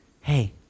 Hey